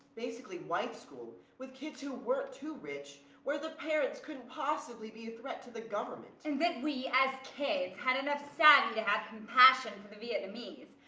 basically white school with kids who weren't too rich where the parents couldn't possibly be a threat to the government? and did we, as kids, had enough sanity to have compassion for the vietnamese?